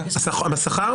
ההגדרות?